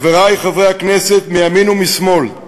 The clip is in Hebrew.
חברי חברי הכנסת מימין ומשמאל,